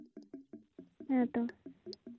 ᱦᱮᱸ ᱛᱚ